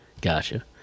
Gotcha